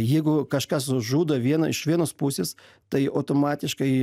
jeigu kažkas žudo vieną iš vienos pusės tai automatiškai